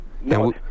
No